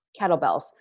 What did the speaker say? kettlebells